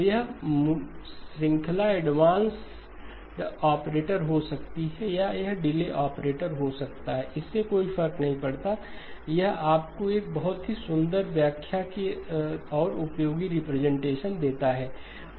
तो यह श्रृंखला एडवांसड ऑपरेटर हो सकती है या यह डिले ऑपरेटर हो सकता हैं इससे कोई फर्क नहीं पड़ता यह आपको एक बहुत ही सुंदर व्याख्या और उपयोगी रिप्रेजेंटेशन देता है